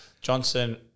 Johnson